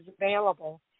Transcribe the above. available